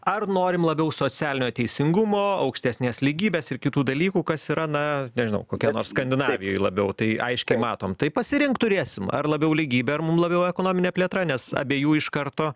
ar norim labiau socialinio teisingumo aukštesnės lygybės ir kitų dalykų kas yra na nežinau kokia nors skandinavijoj labiau tai aiškiai matom tai pasirinkt turėsim ar labiau lygybė ar mum labiau ekonominė plėtra nes abiejų iš karto